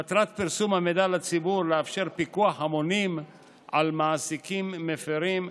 מטרת פרסום המידע לציבור היא לאפשר פיקוח המונים על מעסיקים מפירים,